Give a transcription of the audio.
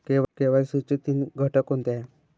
KYC चे तीन घटक कोणते आहेत?